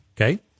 Okay